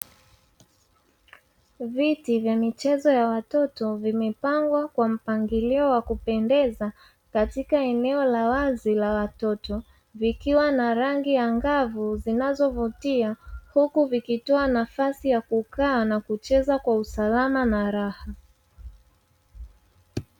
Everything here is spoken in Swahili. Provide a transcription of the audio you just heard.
Viti vya michezo ya watoto vimepangwa kwa mpangilio wa kupendeza katika eneo la wazi la watoto, vikiwa na rangi angavu zinazovutia huku vikitwa nafasi ya kukaa na kucheza kwa usalama na raha.